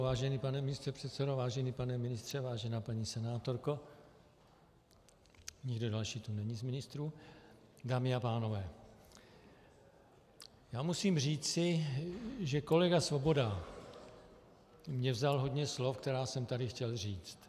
Vážený pane místopředsedo, vážený pane ministře, vážená paní senátorko nikdo další tu není z ministrů , dámy a pánové, já musím říci, že kolega Svoboda mi vzal hodně slov, která jsem tady chtěl říct.